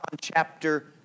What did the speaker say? chapter